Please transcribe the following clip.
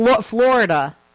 Florida